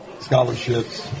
scholarships